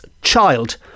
child